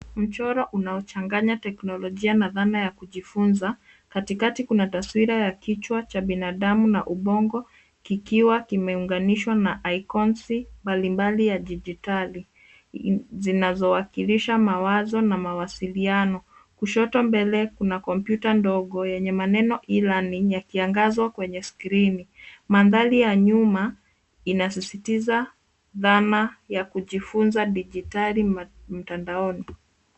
Mchoro unaochanganya teknolojia na dhana ya kujifunza. Katikati kuna taswira ya kichwa cha binadamu na ubongo kikiwa kimeunganishwa na ikonsi mbalimbali ya dijitali zinazowakilisha mawazo na mawasilioano. Kushoto mbele, kuna kompyuta ndogo yenye maneno e-learning yakiangazwa kwenye skrini. Mandhari ya nyuma inisisitiza dhana ya kujifunza dijitali mtandaoni.